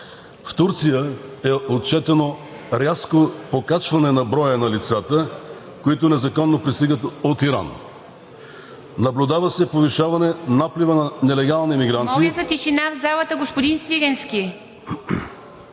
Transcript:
В Турция е отчетено рязко покачване на броя на лицата, които незаконно пристигат от Иран. Наблюдава се повишаване наплива на нелегални мигранти...